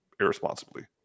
irresponsibly